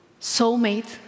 soulmate